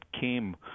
came